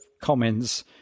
comments